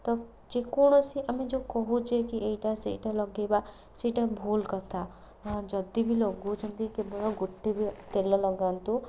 ତ ଯେକୌଣସି ଆମେ ଯେଉଁ କହୁଛେ କି ଏଇଟା ସେଇଟା ଲଗାଇବା ସେଇଟା ଭୁଲକଥା ଯଦିବି ଲଗଉଛନ୍ତି କେବଳ ଗୋଟେ ତେଲ ଲଗାନ୍ତୁ